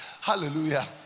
hallelujah